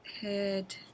head